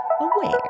aware